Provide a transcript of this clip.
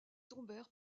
tombèrent